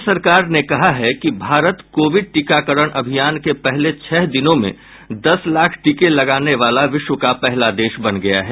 केन्द्र सरकार ने कहा है कि भारत कोविड टीकाकरण अभियान के पहले छह दिनों में दस लाख टीके लगाने वाला विश्व का पहला देश बन गया है